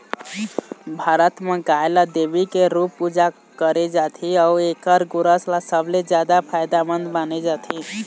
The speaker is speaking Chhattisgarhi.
भारत म गाय ल देवी के रूप पूजा करे जाथे अउ एखर गोरस ल सबले जादा फायदामंद माने जाथे